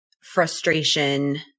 frustration